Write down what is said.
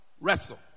wrestle